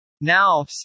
Now